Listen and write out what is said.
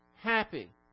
happy